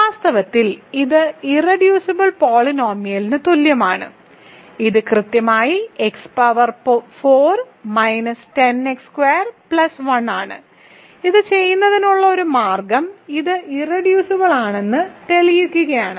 വാസ്തവത്തിൽ ഇത് ഇർറെഡ്യൂസിബിൾപോളിനോമിയലിന് തുല്യമാണ് ഇത് കൃത്യമായി x power 4 minus 10 x squared plus 1 ആണ് ഇത് ചെയ്യുന്നതിനുള്ള ഒരു മാർഗ്ഗം ഇത് ഇർറെഡ്യൂസിബിൾ ആണെന്ന് തെളിയിക്കുകയാണ്